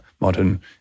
modern